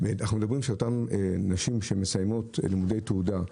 אנחנו מדברים שאותן נשים שמסיימות לימודי תעודה,